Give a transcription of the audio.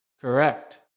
Correct